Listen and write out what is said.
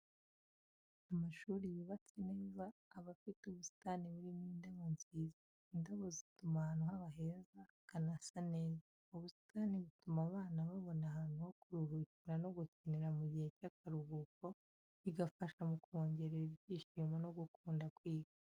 Amashuri yubatse neza aba afite ubusitani burimo indabo nziza. Indabo zituma ahantu haba heza hakanasa neza. Ubusitani butuma abana babona ahantu ho kuruhukira no gukinira mu gihe cy'akaruhuko, bigafasha mu kubongerera ibyishimo no gukunda kwiga.